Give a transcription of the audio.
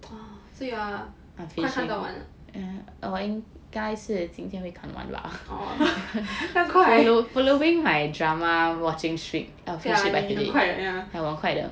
!wah! so you are 快看到完了 oh 这样快 ya 你很快的